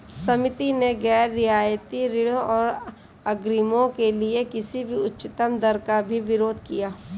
समिति ने गैर रियायती ऋणों और अग्रिमों के लिए किसी भी उच्चतम दर का भी विरोध किया